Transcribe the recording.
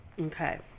Okay